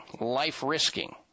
life-risking